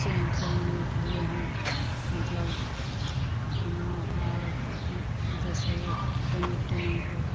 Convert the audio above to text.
चिड़ै चुनमुनीके लिए हम मतलब खाना ओकरा जैसे कोनो टीनाके